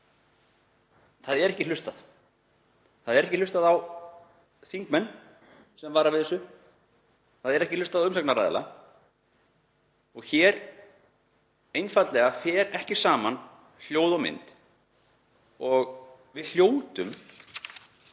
það er ekki hlustað. Það er ekki hlustað á þingmenn sem vara við þessu, það er ekki hlustað á umsagnaraðila. Hér fer einfaldlega ekki saman hljóð og mynd og við hljótum